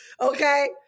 Okay